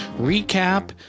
recap